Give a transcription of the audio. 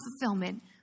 fulfillment